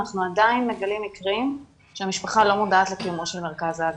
אנחנו עדיין מגלים מקרים שהמשפחה לא מודעת לקיומו של מרכז ההגנה.